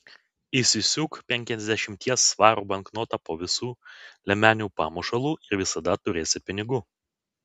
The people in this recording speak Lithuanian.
įsisiūk penkiasdešimties svarų banknotą po visų liemenių pamušalu ir visada turėsi pinigų